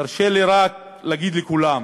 תרשה לי רק להגיד לכולם: